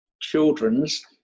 Children's